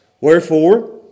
Wherefore